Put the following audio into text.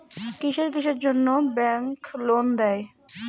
কিসের কিসের জন্যে ব্যাংক লোন দেয়?